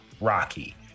Rocky